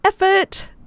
effort